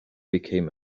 became